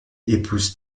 épouse